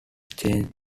changed